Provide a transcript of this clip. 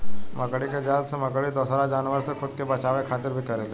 मकड़ी के जाल से मकड़ी दोसरा जानवर से खुद के बचावे खातिर भी करेले